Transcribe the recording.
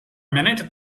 minute